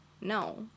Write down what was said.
No